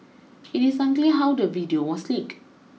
it is unclear how the video was leaked